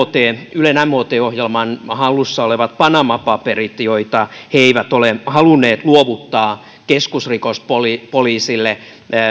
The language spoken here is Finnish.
ylen mot ohjelman hallussa olevat panama paperit joita se ei ole halunnut luovuttaa keskusrikospoliisille